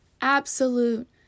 absolute